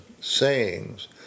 sayings